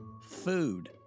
food